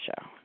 show